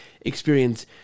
experience